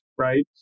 Right